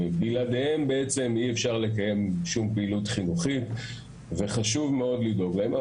בלעדיהן בעצם אי אפשר לקיים שום פעילות חינוכית וחשוב מאוד לדאוג להם.